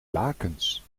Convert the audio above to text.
lakens